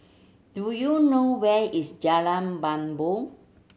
do you know where is Jalan Bumbong